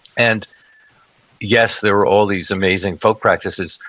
and yes, there were all these amazing folk practices,